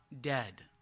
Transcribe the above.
dead